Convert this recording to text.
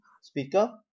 speaker